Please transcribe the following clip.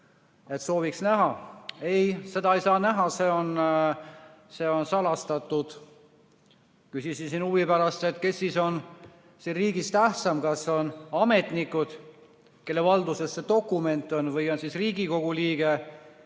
et sooviks seda näha. Ei, seda ei saa näha, see on salastatud. Küsisin huvi pärast, et kes on siin riigis tähtsam, kas ametnikud, kelle valduses see dokument on, või Riigikogu liige,